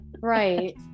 Right